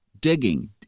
digging